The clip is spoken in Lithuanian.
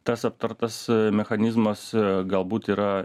tas aptartas mechanizmas galbūt yra